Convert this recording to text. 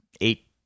eight